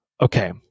okay